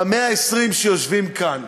ב-120 שיושבים כאן.